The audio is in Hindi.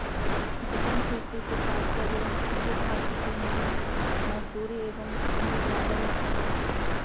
गहन कृषि से तात्पर्य भूभाग की तुलना में मजदूरी एवं पूंजी ज्यादा लगती है